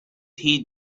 heed